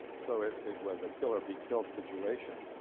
so it it was a kill or be killed situation